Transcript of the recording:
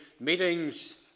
meetings